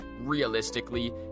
realistically